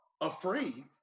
afraid